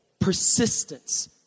persistence